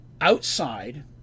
outside